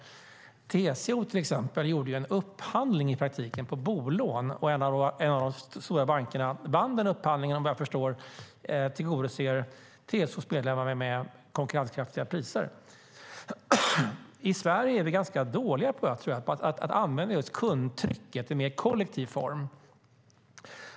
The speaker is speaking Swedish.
Till exempel gjorde TCO en upphandling av bolån. En av de stora bankerna vann upphandlingen och tillgodoser TCO:s medlemmar med konkurrenskraftiga priser. I Sverige är vi ganska dåliga på att använda kundtrycket i mer kollektiv form.